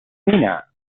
mina